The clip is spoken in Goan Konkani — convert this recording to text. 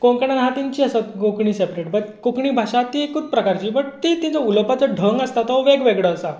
आनी कोंकणांत आसा तेंची आसा कोंकणी सॅपरेट बट कोंकणी भाशा ती एकूच प्रकारची बट ती उलोवपाचो ढंग आसता तो वेग वेगळो आसता